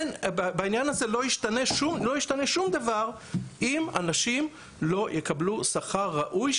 לא ישתנה בעניין הזה שום דבר אם אנשים לא יקבלו שכר ראוי,